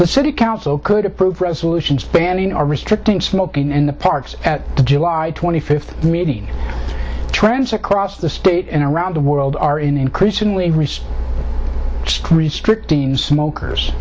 the city council could approve resolutions banning or restricting smoking in the parks at the july twenty fifth meeting trends across the state and around the world are increasingly streets trick teens smokers